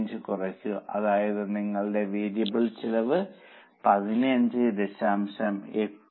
125 കുറയ്ക്കുക അതായത് നിങ്ങളുടെ വേരിയബിൾ ചെലവ് 15